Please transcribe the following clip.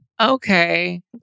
Okay